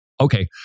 Okay